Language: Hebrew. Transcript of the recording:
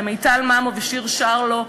למיטל ממו ולשיר שרלו,